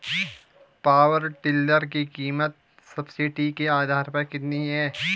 Power tiller की कीमत subsidy के आधार पर कितनी है?